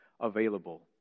available